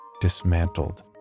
dismantled